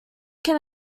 can